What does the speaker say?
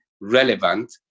relevant